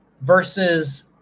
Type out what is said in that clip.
versus